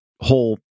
whole